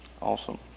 Awesome